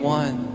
one